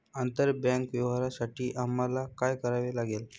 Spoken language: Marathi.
आंतरबँक व्यवहारांसाठी आम्हाला काय करावे लागेल?